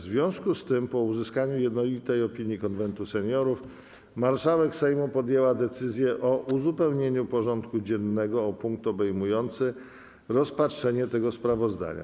W związku z tym, po uzyskaniu jednolitej opinii Konwentu Seniorów, marszałek Sejmu podjęła decyzję o uzupełnieniu porządku dziennego o punkt obejmujący rozpatrzenie tego sprawozdania.